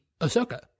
Ahsoka